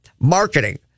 Marketing